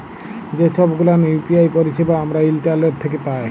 যে ছব গুলান ইউ.পি.আই পারিছেবা আমরা ইন্টারলেট থ্যাকে পায়